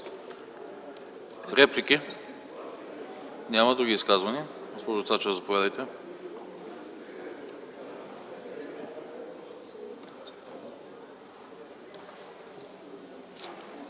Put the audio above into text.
Реплики? Няма други изказвания. Госпожо Цачева, заповядайте.